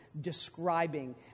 describing